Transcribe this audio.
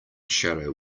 shadow